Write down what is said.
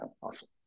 Awesome